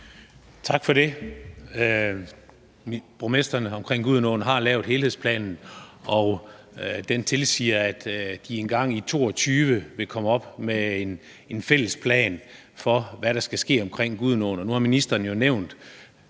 Tak for det. Borgmestrene omkring Gudenåen har lavet helhedsplanen, og den tilsiger, at de engang i 2022 vil komme op med en fælles plan for, hvad der skal ske omkring Gudenåen.